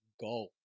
go